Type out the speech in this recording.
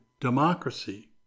democracy